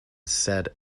said